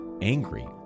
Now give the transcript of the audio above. angry